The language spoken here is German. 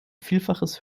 vielfaches